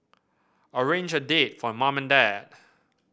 arrange a date for mum and dad